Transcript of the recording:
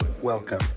Welcome